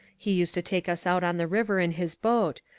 he used to take us out on the river in his boat,